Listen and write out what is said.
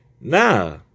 Nah